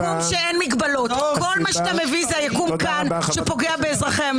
כל מה שאתה מביא כאן, זה פוגע באזרחי המדינה.